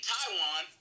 Taiwan